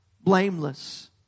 blameless